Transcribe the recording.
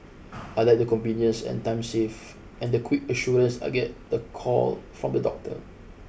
I like the convenience and time save and the quick assurance I get the call from the doctor